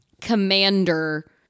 commander